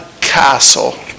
castle